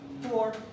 four